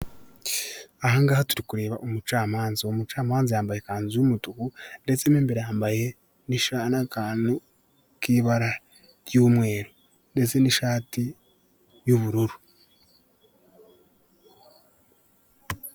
Angaha turi kureba umucamanza, uwo mucamanza yambaye ikanzu y'umutuku ndetse mo imbere yambaye n'akantu k'ibara ry'umweru, ndetse n'ishati y'ubururu.